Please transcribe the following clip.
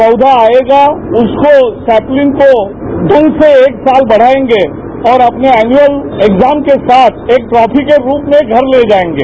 पौधा आएगा उसको सैप्लिंग को एक साल बढ़ाएंगे और अपने एनुअल एग्जाम के साथ एक ट्रॉफी के रूप में घर ले जाएंगे